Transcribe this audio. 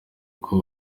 uko